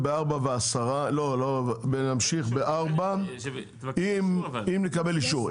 נמשיך ב-16:00 אם נקבל אישור.